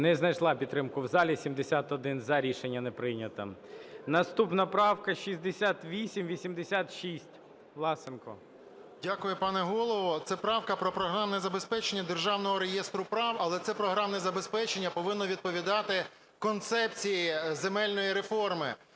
Не знайшла підтримку в залі. 71 – "за". Рішення не прийнято. Наступна правка - 2686, Власенко. 11:48:14 ВЛАСЕНКО С.В. Дякую, пане Голово. Це правка про програмне забезпечення Державного реєстру прав, але це програмне забезпечення повинно відповідати концепції земельної реформи.